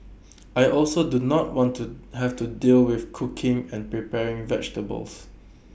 I also do not want to have to deal with cooking and preparing vegetables